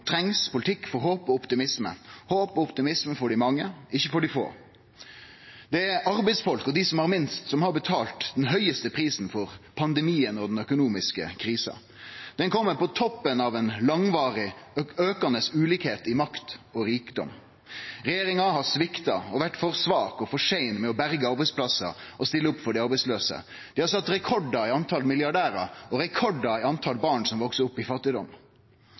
trengst politikk for håp og optimisme – håp og optimisme for dei mange, ikkje for dei få. Det er arbeidsfolk og dei som har minst som har betalt den høgste prisen for pandemien og den økonomiske krisa. Ho kjem på toppen av ein langvarig, aukande ulikskap i makt og rikdom. Regjeringa har svikta og vore for svak og for sein med å berge arbeidsplassar og til å stille opp for dei arbeidslause. Ho har sett rekordar i antal milliardærar og rekordar i antal barn som veks opp i fattigdom.